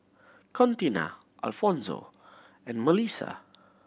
Contina Alfonzo and Mellissa